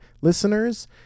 listeners